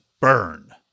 burn